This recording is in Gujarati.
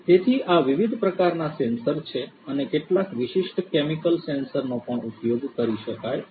તેથી આ આ વિવિધ પ્રકારનાં સેન્સર છે અને કેટલાક વિશિષ્ટ કેમિકલ સેન્સરનો પણ ઉપયોગ કરી શકાય છે